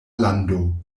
lando